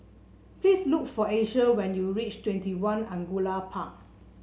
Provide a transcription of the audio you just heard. please look for Asia when you reach Twenty One Angullia Park